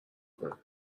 کنه